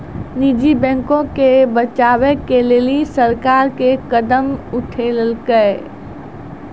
निजी बैंको के बचाबै के लेली सरकार कि कदम उठैलकै?